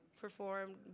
performed